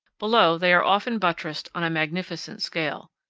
below they are often buttressed on a magnificent scale.